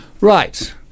right